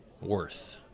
worth